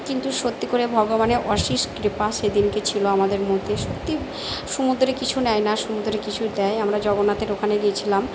কিন্তু সত্যি করে ভগবানের অশেষ কৃপা সেদিনকে ছিল আমাদের মধ্যে সত্যি সমুদ্র কিছু নেয় না সমুদ্র কিছু দেয় আমরা জগন্নাথের ওখানে গিয়েছিলাম